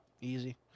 easy